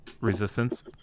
resistance